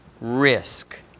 risk